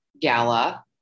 Gala